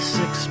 six